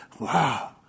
wow